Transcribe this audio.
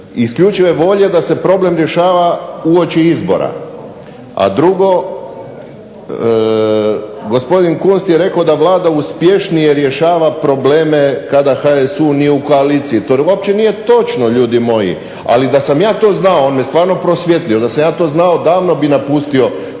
isključive volje da se problem rješava uoči izbora. A drugo, gospodin Kunst je rekao da Vlada uspješnije rješava probleme kada HSU nije u koaliciji. To uopće nije točno ljudi moji. Ali da sam ja to znao on me stvarno prosvijetlio, da sam ja to znao davno bih napustio